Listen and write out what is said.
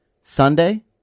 Sunday